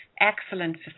excellent